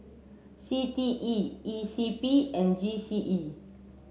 C T E E C P and G C E